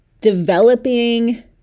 developing